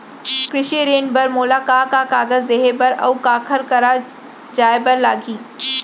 कृषि ऋण बर मोला का का कागजात देहे बर, अऊ काखर करा जाए बर लागही?